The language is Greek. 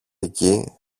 εκεί